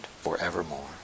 forevermore